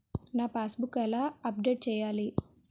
నా passbook ఎలా update చేయాలి?